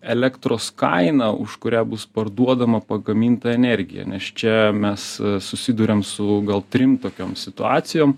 elektros kaina už kurią bus parduodama pagaminta energija nes čia mes susiduriam su gal trim tokiom situacijom